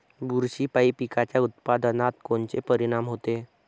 बुरशीपायी पिकाच्या उत्पादनात कोनचे परीनाम होते?